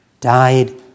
died